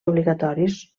obligatoris